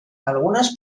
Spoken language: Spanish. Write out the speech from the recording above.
algunas